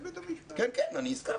כן, כן, אני הזכרתי.